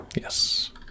Yes